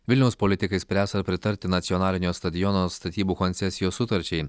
vilniaus politikai spręs ar pritarti nacionalinio stadiono statybų koncesijos sutarčiai